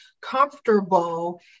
comfortable